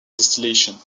distillation